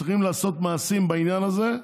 צריכים לעשות מעשים בעניין הזה,